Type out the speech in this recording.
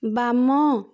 ବାମ